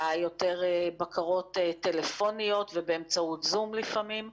יותר בקרות טלפוניות ובאמצעות זום לפעמים,